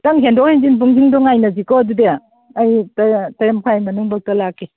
ꯈꯤꯇꯪ ꯍꯦꯟꯗꯣꯛ ꯍꯦꯟꯖꯤꯟ ꯄꯨꯡꯁꯤꯡꯗ ꯉꯥꯏꯅꯁꯤꯀꯣ ꯑꯗꯨꯗꯤ ꯑꯥꯥ ꯇꯔꯦꯠ ꯃꯈꯥꯏ ꯃꯅꯨꯡꯕꯥꯎ ꯂꯥꯛꯀꯦ